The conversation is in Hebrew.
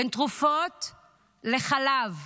בין תרופות לחלב,